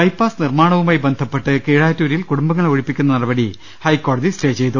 bypass നിർമാണവുമായി ബന്ധപ്പെട്ട് കീഴാറ്റൂരിൽ കുടുംബങ്ങളെ ഒഴിപ്പിക്കുന്ന നടപടി ഹൈക്കോടതി സ്റ്റേ ചെയ്തു